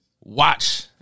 watch